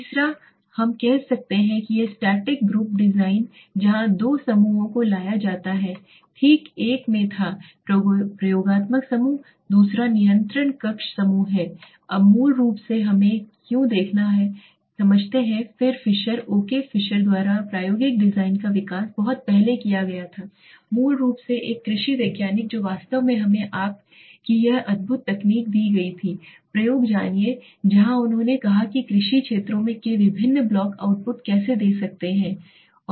तीसरा हम कहते हैं कि स्टैटिक ग्रुप डिज़ाइन जहाँ दो समूहों को लाया जाता है ठीक एक में था प्रयोगात्मक समूह दूसरा नियंत्रण समूह है अब मूल रूप से हमें क्यों देखना है समझते हैं कि फ़िशर ओके फ़िशर द्वारा प्रायोगिक डिज़ाइन का विकास बहुत पहले किया गया था मूल रूप से एक कृषि वैज्ञानिक जो वास्तव में हमें आप की यह अद्भुत तकनीक दी गई थी प्रयोग जानिए जहां उन्होंने कहा कि कृषि क्षेत्रों के विभिन्न ब्लॉक आउटपुट कैसे दे सकते हैं सही